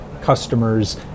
customers